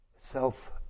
Self